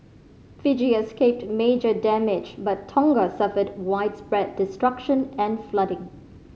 Fiji escaped major damage but Tonga suffered widespread destruction and flooding